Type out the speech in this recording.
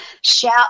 shout